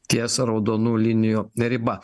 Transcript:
ties raudonų linijų riba